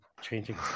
changing